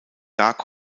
dark